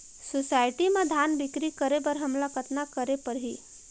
Society म धान बिक्री करे बर हमला कतना करे परही?